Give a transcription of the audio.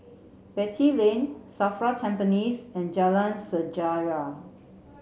Beatty Lane SAFRA Tampines and Jalan Sejarah